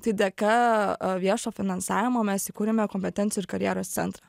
tai dėka viešo finansavimo mes įkurėme kompetencijų ir karjeros centrą